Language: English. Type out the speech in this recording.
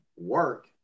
work